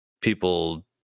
people